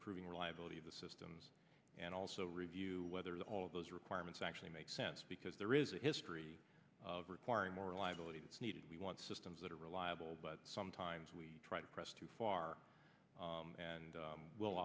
improving reliability of the systems and also review whether all of those requirements actually make sense because there is a history of requiring more liability that's needed we want systems that are reliable but sometimes we try to press too far and